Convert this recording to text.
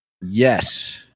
Yes